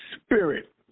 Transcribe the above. spirit